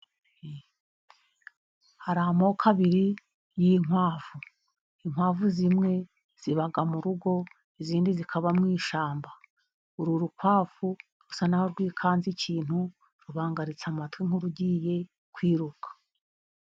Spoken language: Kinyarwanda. Hari amoko abiri y'inkwavu, inkwavu zimwe ziba mu rugo izindi zikaba mu ishyamba, ur'urukwavu rusa naho rwikanze ikintu rubangaritse amatwi nk'urugiye kwiruka.